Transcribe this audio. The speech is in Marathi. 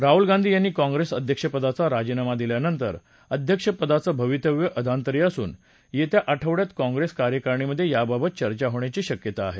राहुल गांधी यांनी काँग्रेस अध्यक्षपदाचा राजीनामा दिल्यानंतर अध्यक्षपदाचं भवितव्य अधांतरी असून येत्या आठवड्यात काँग्रेस कार्यकारिणीमधे याबाबत चर्चा होण्याची शक्यता आहे